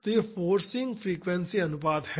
तो ये forcing frequency अनुपात हैं